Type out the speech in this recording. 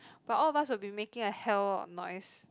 but all of us will be making a hell of noise